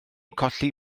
colli